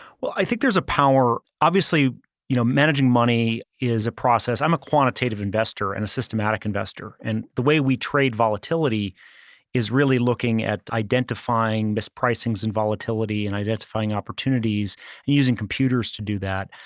well, i think there's a power, obviously you know managing money is a process. i'm a quantitative investor and a systematic investor. and the way we trade volatility is really looking at identifying mispricings in volatility and identifying opportunities and using computers to do that.